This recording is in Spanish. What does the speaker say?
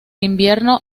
invierno